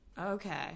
okay